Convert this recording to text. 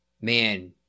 man